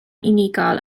unigol